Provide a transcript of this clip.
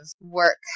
work